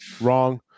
wrong